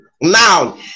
Now